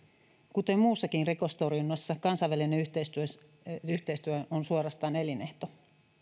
kuten muussakin rikostorjunnassa kansainvälinen yhteistyö on suorastaan elinehto